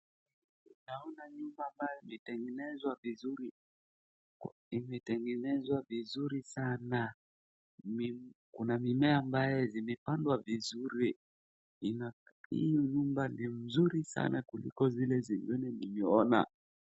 Naona nyumba ambayo imetengenezwa vizuri. Imetengenezwa vizuri sana kuna mimea ambaye zimepandwa vizuri hii nyumba ni mzuri sana kuliko zile zingine nimeona.